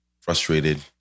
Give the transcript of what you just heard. frustrated